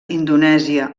indonèsia